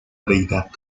deidad